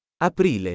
aprile